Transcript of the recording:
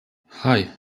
hei